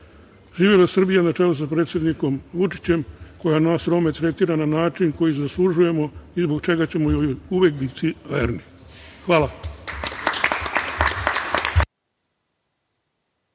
Živela Srbija na čelu sa predsednikom Vučićem, koja nas Rome tretira na način koji zaslužujemo i zbog čega ćemo uvek biti verni. Hvala.